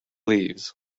leaves